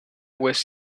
was